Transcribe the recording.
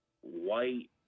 white